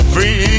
Free